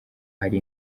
hari